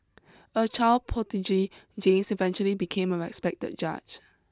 a child prodigy James eventually became a respected judge